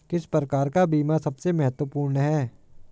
किस प्रकार का बीमा सबसे महत्वपूर्ण है?